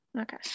Okay